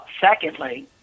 Secondly